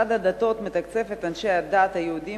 משרד הדתות מתקצב את אנשי הדת היהודים